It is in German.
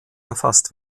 erfasst